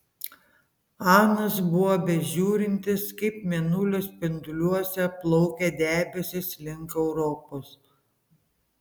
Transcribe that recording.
anas buvo bežiūrintis kaip mėnulio spinduliuose plaukia debesys link europos